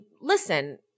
listen